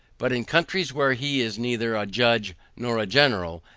but in countries where he is neither a judge nor a general,